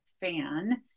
fan